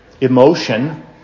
emotion